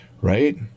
Right